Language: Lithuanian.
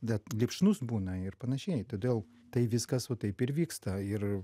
bet lipšnus būna ir panašiai todėl tai viskas va taip ir vyksta ir